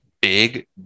Big